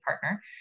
partner